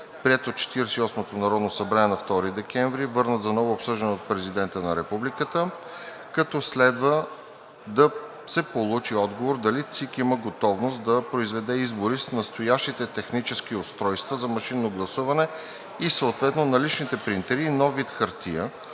и осмото народно събрание на 2 декември, върнат за ново обсъждане от президента на Републиката, като следва да се получи отговор дали ЦИК има готовност да произведе избори с настоящите технически устройства за машинно гласуване и съответно наличните принтери и нов вид хартия,